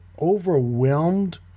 overwhelmed